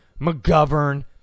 McGovern